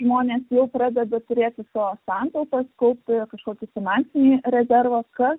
žmonės jau pradeda turėti savo santaupas kaupia kažkokį finansinį rezervą kad